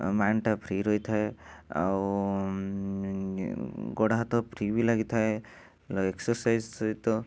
ମାଇଣ୍ଡଟା free ରହିଥାଏ ଆଉ ଗୋଡ଼ହାତ ଫ୍ରି ବି ଲାଗିଥାଏ ଏକ୍ସରସାଇଜ ସହିତ